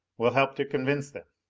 will help to convince them.